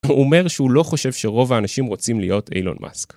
אומר שהוא לא חושב שרוב האנשים רוצים להיות איילון מאסק.